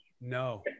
No